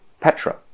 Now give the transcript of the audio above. Petra